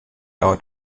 out